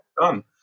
done